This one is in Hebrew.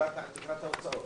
דיברת על תקרת ההוצאות.